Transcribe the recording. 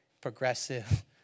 progressive